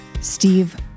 Steve